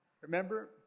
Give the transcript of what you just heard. Remember